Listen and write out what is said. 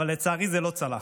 אבל לצערי זה לא צלח.